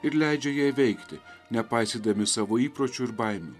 ir leidžia jai veikti nepaisydami savo įpročių ir baimių